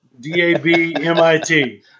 D-A-B-M-I-T